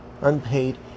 unpaid